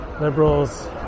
liberals